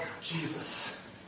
Jesus